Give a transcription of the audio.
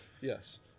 Yes